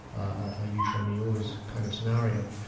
a you show me yours kind of scenario,